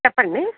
చెప్పండి